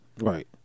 Right